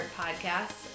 podcasts